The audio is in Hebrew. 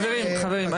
חברים,